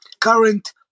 current